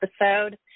episode